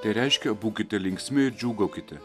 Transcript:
tai reiškia būkite linksmi ir džiūgaukite